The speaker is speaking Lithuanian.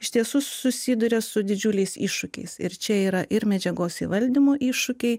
iš tiesų susiduria su didžiuliais iššūkiais ir čia yra ir medžiagos įvaldymo iššūkiai